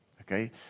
okay